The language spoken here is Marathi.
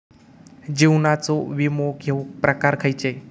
जीवनाचो विमो घेऊक प्रकार खैचे?